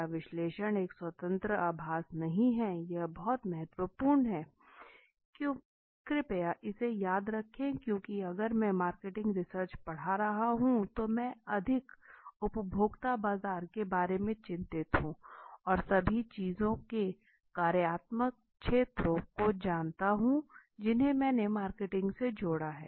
data विश्लेषण एक स्वतंत्र अभ्यास नहीं है यह बहुत महत्वपूर्ण है कृपया इसे याद रखें क्योंकि अगर मैं मार्केटिंग रिसर्च पढ़ा रहा हूं तो मैं अधिक उपभोक्ता बाजार के बारे में चिंतित हूं और सभी चीजों के कार्यात्मक क्षेत्रों को जानता हूँ जिन्हें मैंने मार्केटिंग से जोड़ा है